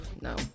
no